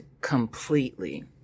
completely